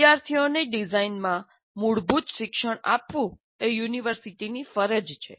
વિદ્યાર્થીઓને ડિઝાઇનમાં મૂળભૂત શિક્ષણ આપવું એ યુનિવર્સિટીની ફરજ છે